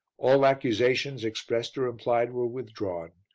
all accusations, expressed or implied, were withdrawn,